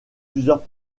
plusieurs